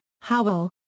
Howell